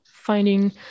Finding